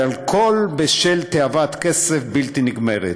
והכול בשל תאוות כסף בלתי נגמרת.